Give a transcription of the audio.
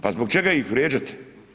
Pa zbog čega ih vrijeđati?